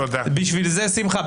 בשביל זה, שמחה?